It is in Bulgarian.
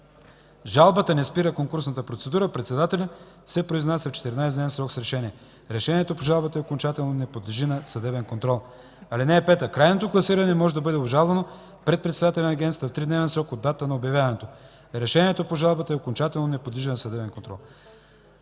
Жалбата не спира конкурсната процедура. Председателят се произнася в 14-дневен срок с решение. Решението по жалбата е окончателно и не подлежи на съдебен контрол. (5) Крайното класиране може да бъде обжалвано пред председателя на агенцията в тридневен срок от датата на обявяването му. Решението по жалбата е окончателно и не подлежи на съдебен контрол.